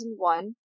2001